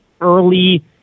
early